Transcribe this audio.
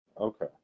Okay